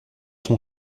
son